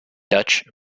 dutch